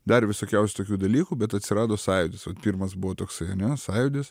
dar visokiausių tokių dalykų bet atsirado sąjūdis vat pirmas buvo toksai ane sąjūdis